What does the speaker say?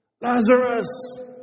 Lazarus